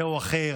זה או אחר,